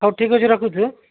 ହେଉ ଠିକ୍ ଅଛି ରଖୁଛୁ